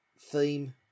theme